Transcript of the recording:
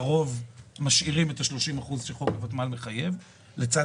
לרוב משאירים את ה-30 אחוז של חוק הוותמ"ל מחייב לצד